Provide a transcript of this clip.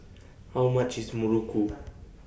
How much IS Muruku